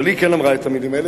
אבל היא כן אמרה את המלים האלה,